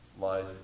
lies